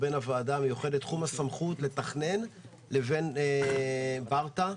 המיוחדת שבסמכותה לתכנן לבין ברטעה.